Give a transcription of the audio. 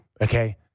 Okay